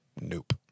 nope